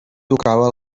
tocava